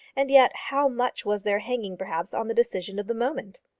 and yet how much was there hanging, perhaps, on the decision of the moment!